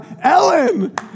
Ellen